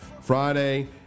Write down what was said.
Friday